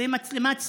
זה מצלמת סטילס,